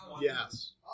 Yes